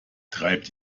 treibt